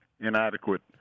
inadequate